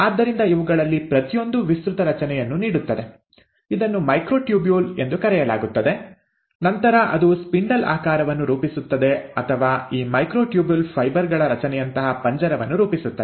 ಆದ್ದರಿಂದ ಇವುಗಳಲ್ಲಿ ಪ್ರತಿಯೊಂದೂ ವಿಸ್ತೃತ ರಚನೆಯನ್ನು ನೀಡುತ್ತದೆ ಇದನ್ನು ಮೈಕ್ರೊಟ್ಯೂಬ್ಯೂಲ್ ಎಂದು ಕರೆಯಲಾಗುತ್ತದೆ ನಂತರ ಅದು ಸ್ಪಿಂಡಲ್ ಆಕಾರವನ್ನು ರೂಪಿಸುತ್ತದೆ ಅಥವಾ ಈ ಮೈಕ್ರೊಟ್ಯೂಬ್ಯೂಲ್ ಫೈಬರ್ ಗಳ ರಚನೆಯಂತಹ ಪಂಜರವನ್ನು ರೂಪಿಸುತ್ತದೆ